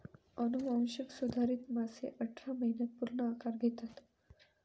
अनुवांशिक सुधारित मासे अठरा महिन्यांत पूर्ण आकार घेतात